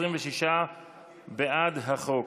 26 בעד החוק.